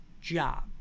job